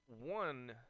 one